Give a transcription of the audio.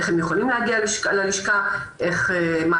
איך הם יכולים להגיע ללשכה,